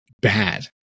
bad